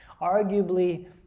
arguably